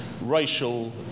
racial